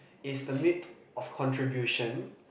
is the need of contribution